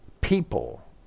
people